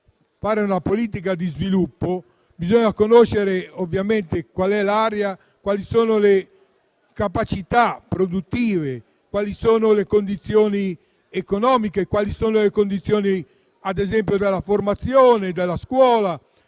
fare una politica di sviluppo bisogna conoscere ovviamente l'area, quali sono le sue capacità produttive, quali sono le condizioni economiche, quali sono le condizioni della formazione, della scuola.